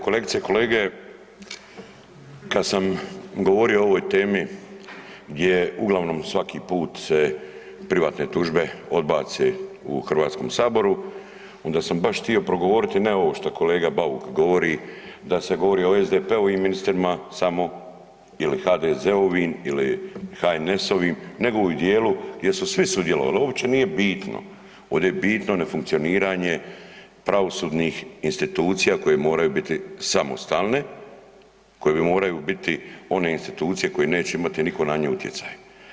Kolegice i kolege, kad sam govorio o ovoj temi gdje uglavnom svaki put se privatne tužbe odbace u HS, onda sam baš tio progovoriti ne ovo što kolega Bauk govori da se govori o SDP-ovim ministrima samo ili HDZ-ovim ili HNS-ovim, nego u dijelu gdje su svi sudjelovali, uopće nije bitno, ovdje je bitno nefunkcioniranje pravosudnih institucija koje moraju biti samostalne, koje moraju biti one institucije koje neće imati niko na nji utjecaj.